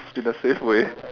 in a safe way